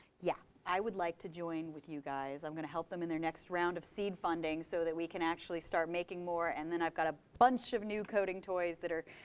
yeah, i would like to join with you guys. i'm going to help them in their next round of seed funding so that we can actually start making more. and then i've got a bunch of new coding toys that will